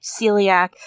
celiac